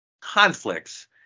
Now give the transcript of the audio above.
conflicts